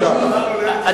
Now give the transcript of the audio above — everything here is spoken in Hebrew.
חבר הכנסת כץ.